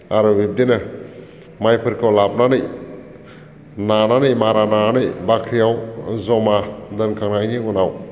आरो बिब्दिनो माइफोरखौ लाबोनानै नानानै मारा नानानै बाख्रियाव जमा दोनखांनायनि उनाव